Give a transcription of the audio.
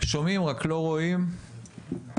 שומעים רק לא רואים עוד